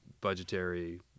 budgetary